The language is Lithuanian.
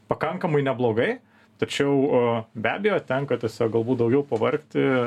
pakankamai neblogai tačiau be abejo tenka tiesiog galbūt daugiau pavargti